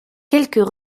quelques